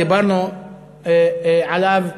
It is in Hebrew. דיברנו עליו,